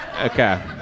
Okay